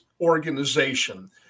organization